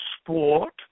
sport